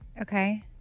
Okay